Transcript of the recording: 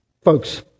Folks